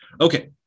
Okay